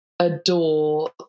adore